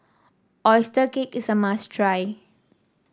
oyster cake is a must try